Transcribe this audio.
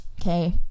okay